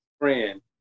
friend